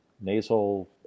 nasal